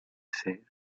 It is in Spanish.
ser